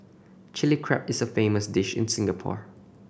Chilli Crab is a famous dish in Singapore